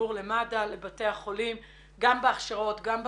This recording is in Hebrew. בחיבור למד"א ולבתי החולים גם בהכשרות, גם בתפעול.